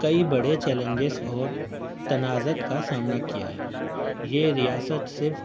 کئی بڑے چیلنجز اور تنازعات کا سامنا کیا ہے یہ ریاست صرف